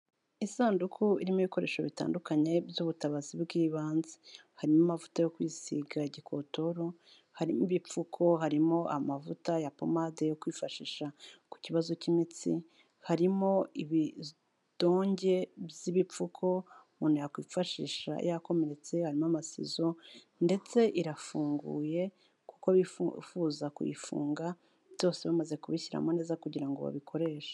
Isanduku irimo ibikoresho bitandukanye by'ubutabazi bw'ibanze, harimo amavuta yo kwisiga gikotoro, harimo ibipfuko, harimo amavuta ya pomade yo kwifashisha ku kibazo cy'imitsi, harimo ibidonge by'ibipfuko umuntu yakwifashisha yakomeretse, harimo amasizo ndetse irafunguye kuko bifuza kuyifunga byose bamaze kubishyiramo neza kugira ngo babikoreshe.